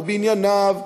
לא בענייניו,